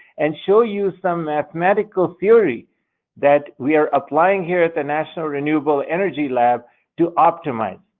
and show you some mathematical theory that we are applying here at the national renewable energy lab to optimize.